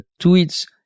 tweets